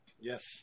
yes